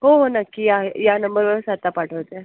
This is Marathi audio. हो हो नक्की या या नंबरवरच आत्ता पाठवते